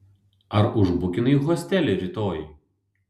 ar užbukinai hostelį rytojui